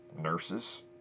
nurses